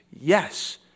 Yes